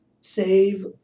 save